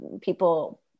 people